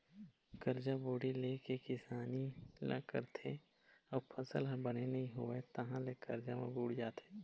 करजा बोड़ी ले के किसानी ल करथे अउ फसल ह बने नइ होइस तहाँ ले करजा म बूड़ जाथे